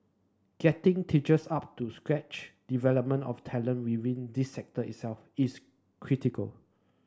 getting teachers up to scratch development of talent within this sector itself is critical